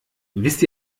wisst